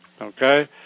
okay